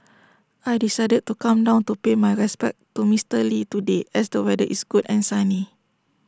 I decided to come down to pay my respects to Mister lee today as the weather is good and sunny